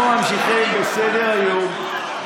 אנחנו ממשיכים בסדר-היום,